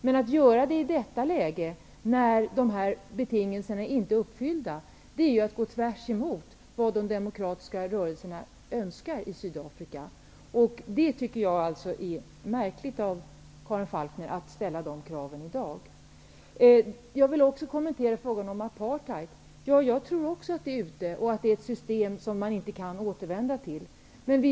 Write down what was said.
Men att göra det i detta läge, där betingelserna inte är uppfyllda, är att gå tvärtemot de sydafrikanska rörelsernas önskemål. Jag tycker alltså att det är märkligt att Karin Falkmer ställer sådana krav som hon i dag ställer. Så till frågan om apartheid. Jag tror också att det systemet är ute och att det inte går att återgå till det.